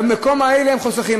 במקומות האלה הם חוסכים.